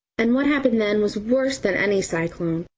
and what happened then was worse than any cyclone.